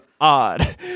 odd